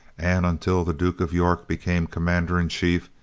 and, until the duke of york became commander-in-chief,